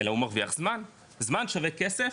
אלא הוא מרוויח זמן, זמן שווה כסף,